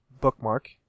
bookmark